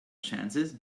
chances